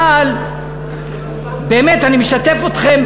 אבל באמת אני משתף אתכם,